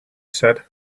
said